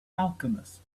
alchemist